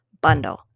bundle